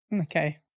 Okay